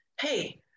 Hey